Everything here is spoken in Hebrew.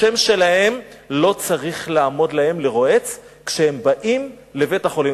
השם שלהם לא צריך לעמוד להם לרועץ כשהם באים לבית-החולים.